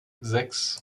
sechs